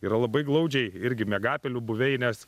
yra labai glaudžiai irgi miegapelių buveinės